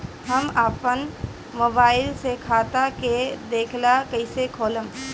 हम आपन मोबाइल से खाता के देखेला कइसे खोलम?